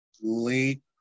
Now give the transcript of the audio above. late